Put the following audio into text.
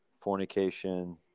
fornication